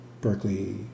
Berkeley